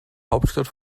hauptstadt